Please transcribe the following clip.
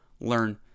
learn